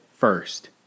First